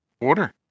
Water